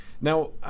Now